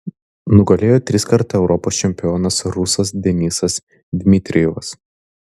nugalėjo triskart europos čempionas rusas denisas dmitrijevas